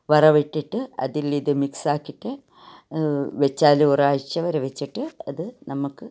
വറവിട്ടിട്ട് അതിൽ ഇത് മികസാക്കിയിട്ട് വെച്ചാൽ ഒരാഴ്ച്ച വരെ വെച്ചിട്ട് അത് നമുക്ക്